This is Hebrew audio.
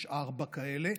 ויש ארבע כאלה,